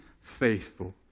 faithful